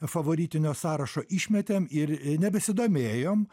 favoritinio sąrašo išmetėm ir nebesidomėjom